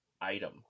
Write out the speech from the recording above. item